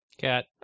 Cat